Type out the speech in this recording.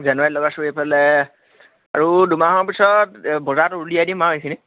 জানুৱাৰীত লগাইছোঁ এইফালে আৰু দুমাহৰ পিছত বজাৰতো উলিয়াই দিম আৰু এইখিনি